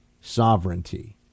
sovereignty